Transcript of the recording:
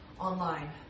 online